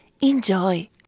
Enjoy